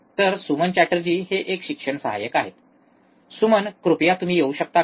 तर सुमन चॅटर्जी हे एक शिक्षण सहाय्यक आहेत सुमन कृपया तुम्ही येऊ शकता का